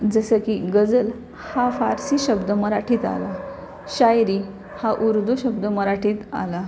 जसं की गजल हा फारसी शब्द मराठीत आला शायरी हा उर्दू शब्द मराठीत आला